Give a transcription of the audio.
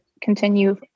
continue